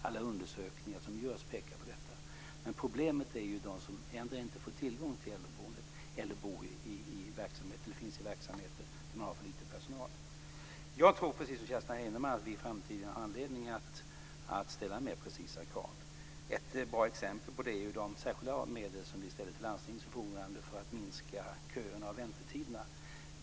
Alla undersökningar som görs pekar på detta. Problemet är de som endera inte får tillgång till äldreboenden eller finns i verksamheter där man har för lite personal. Jag tror, precis som Kerstin Heinemann, att vi i framtiden har anledning att ställa mer precisa krav. Ett bra exempel på det är de särskilda medel som vi ställer till landstingens förfogande för att minska köerna och väntetiderna.